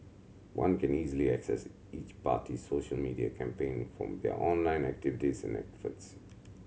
one can easily assess each party's social media campaign from their online activities and efforts